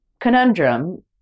conundrum